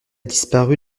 disparu